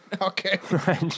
Okay